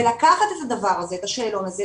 ולקחת את השאלון הזה,